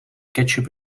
ketchup